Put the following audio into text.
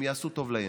הן יעשו טוב לימין,